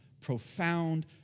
profound